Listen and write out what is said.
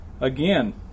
again